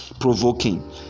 provoking